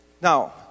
now